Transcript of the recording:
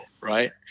right